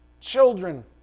children